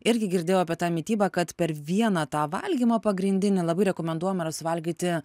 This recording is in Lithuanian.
irgi girdėjau apie tą mitybą kad per vieną tą valgymą pagrindinį labai rekomenduojama yra suvalgyti